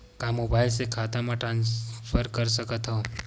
का मोबाइल से खाता म ट्रान्सफर कर सकथव?